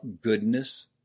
goodness